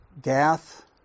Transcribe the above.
Gath